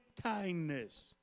kindness